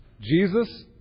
Jesus